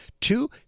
Two